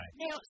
Now